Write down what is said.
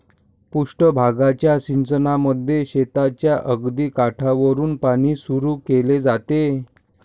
पृष्ठ भागाच्या सिंचनामध्ये शेताच्या अगदी काठावरुन पाणी सुरू केले जाते